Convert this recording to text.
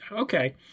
Okay